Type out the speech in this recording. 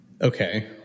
Okay